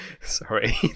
Sorry